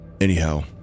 Anyhow